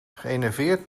geënerveerd